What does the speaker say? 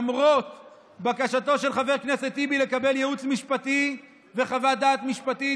למרות בקשתו של חבר כנסת טיבי לקבל ייעוץ משפטי וחוות דעת משפטית,